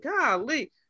golly